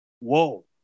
Whoa